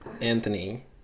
Anthony